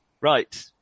Right